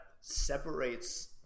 separates